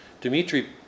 Dimitri